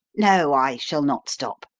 no, i shall not stop,